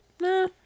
Nah